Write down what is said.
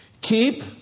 Keep